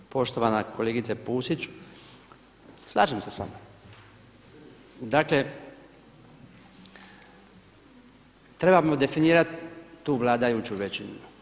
Poštovana kolegice Pusić, slažem se s vama, dakle trebamo definirati tu vladajuću većinu.